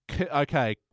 Okay